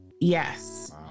Yes